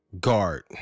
guard